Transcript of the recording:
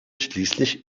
schließlich